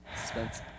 Suspense